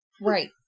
Right